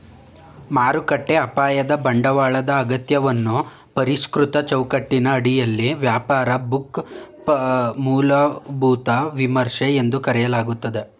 ಮಾರುಕಟ್ಟೆ ಅಪಾಯದ ಬಂಡವಾಳದ ಅಗತ್ಯವನ್ನ ಪರಿಷ್ಕೃತ ಚೌಕಟ್ಟಿನ ಅಡಿಯಲ್ಲಿ ವ್ಯಾಪಾರ ಬುಕ್ ಮೂಲಭೂತ ವಿಮರ್ಶೆ ಎಂದು ಕರೆಯಲಾಗುತ್ತೆ